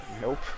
Nope